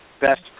best